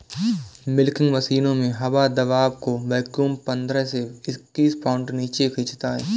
milking मशीनों में हवा दबाव को वैक्यूम पंद्रह से इक्कीस पाउंड नीचे खींचता है